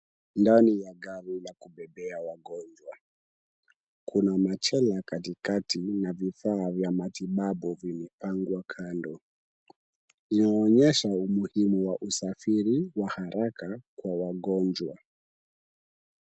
Ndani ya gari la kubebea wagonjwa. Kuna machela katikati na vifaa vya matibabu vimepangwa kando. Inaonyesha umuhimu wa usafiri wa haraka kwa wagonjwa.